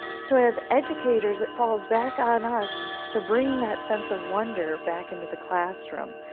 so, as educators, it falls back on us to bring that sense of wonder back into the classroom.